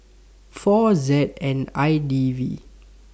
four Z N I D V